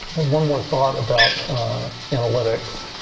one more thought about analytics.